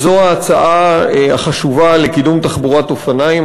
וזו ההצעה החשובה לקידום תחבורת אופניים,